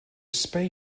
space